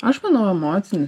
aš manau emocinis